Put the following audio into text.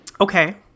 Okay